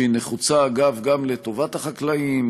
שהיא נחוצה גם לטובת החקלאים,